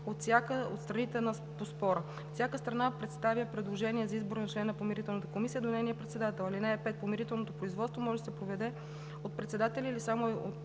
от страните по спора. Всяка страна представя предложение за избор на член на Помирителната комисия до нейния председател. (5) Помирителното производство може да се проведе от председателя или само от